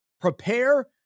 prepare